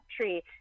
tree